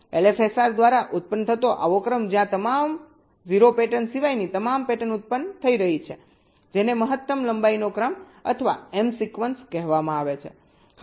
LFSR દ્વારા ઉત્પન્ન થતો આવો ક્રમ જ્યાં તમામ 0 પેટર્ન સિવાયની તમામ પેટર્ન ઉત્પન્ન થઈ રહી છે જેને મહત્તમ લંબાઈનો ક્રમ અથવા એમ સિક્વન્સ કહેવામાં આવે છે